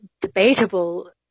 debatable